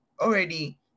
Already